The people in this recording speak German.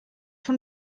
von